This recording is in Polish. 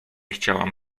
chciałam